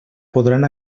podran